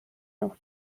noch